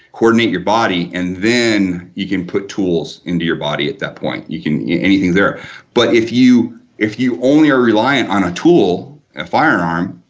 coordinate your body and then you can put tools into your body at that point, you can anything there but if you if you only are relying on a tool, a firearm,